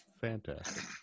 Fantastic